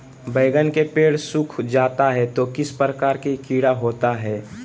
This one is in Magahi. बैगन के पेड़ सूख जाता है तो किस प्रकार के कीड़ा होता है?